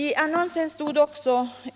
I annonsen hade det